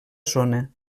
zona